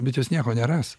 bet jos nieko neras